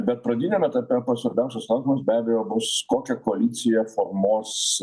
bet pradiniam etape pats svarbiausias klausimas be abejo bus kokią koaliciją formuos